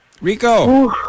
Rico